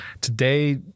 today